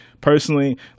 personally